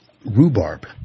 Rhubarb